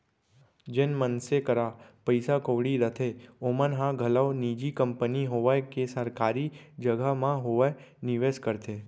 जेन मनसे करा पइसा कउड़ी रथे ओमन ह घलौ निजी कंपनी होवय के सरकारी जघा म होवय निवेस करथे